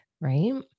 right